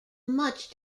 much